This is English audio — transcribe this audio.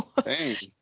Thanks